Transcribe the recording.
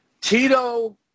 Tito